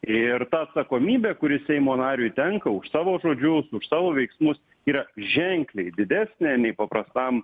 ir ta atsakomybė kuri seimo nariui tenka už savo žodžius už savo veiksmus yra ženkliai didesnė nei paprastam